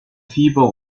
fieber